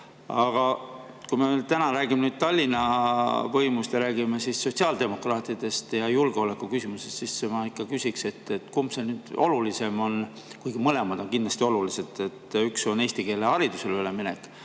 Aga kui me täna räägime Tallinna võimust ja räägime sotsiaaldemokraatidest ja julgeoleku küsimusest, siis ma küsiks, kumb olulisem on, kuigi mõlemad on kindlasti olulised: üks on eestikeelsele haridusele üleminek